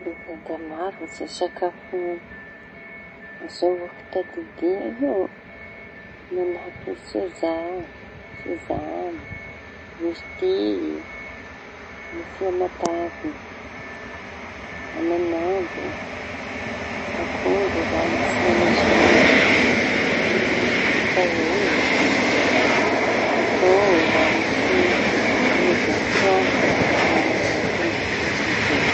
Eka, da maro aza sakafo ahazoa fitadidia io. Mañahaky soza, sezamy, miritiy, ny fia matavy, anañambo, akondro raha misy mañeziômy aby, kakaô, kôkô raha misy ômega troa koa da teña mañampy amy fitadidia.